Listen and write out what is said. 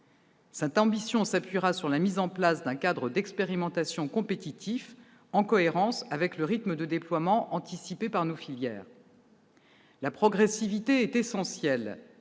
Cette ambition s'appuiera sur la mise en place d'un cadre d'expérimentation compétitif en cohérence avec le rythme de déploiement anticipé par nos filières. La progressivité est essentielle.